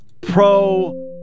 pro